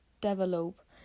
Develop